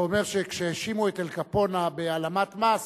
אתה אומר שכשהאשימו את אל קפונה בהעלמת מס,